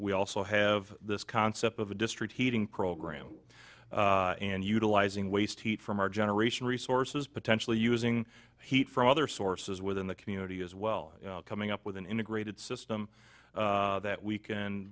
we also have this concept of a district heating program and utilizing waste heat from our generation resources potentially using heat from other sources within the community as well coming up with an integrated system that we can